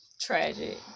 Tragic